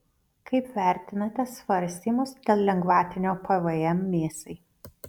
kaip vertinate svarstymus dėl lengvatinio pvm mėsai